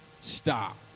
Stop